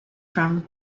from